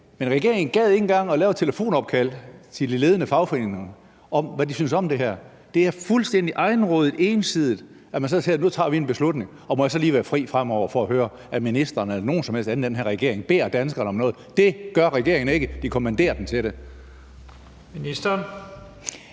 Men regeringen gad ikke engang at lave et telefonopkald til de ledende fagforeninger om, hvad de synes om det her. Det er fuldstændig egenrådigt og ensidigt, at man så siger: Nu tager vi en beslutning. Og må jeg så lige være fri for fremover at høre, at ministeren eller nogen som helst anden i den her regering beder danskerne om noget. Det gør regeringen ikke! De kommanderer dem til det. Kl.